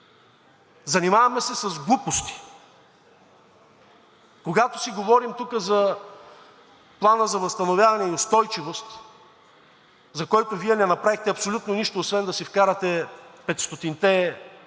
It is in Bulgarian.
Занимаваме се с глупости. Когато си говорим тук за Плана за възстановяване и устойчивост, за който Вие не направихте абсолютно нищо, освен да си вкарате 500